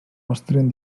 mostren